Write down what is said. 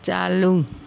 चालू